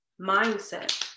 mindset